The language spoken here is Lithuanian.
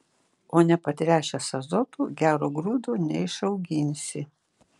o nepatręšęs azotu gero grūdo neišauginsi